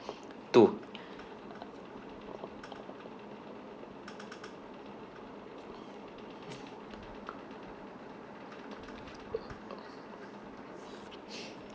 two